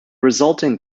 resulting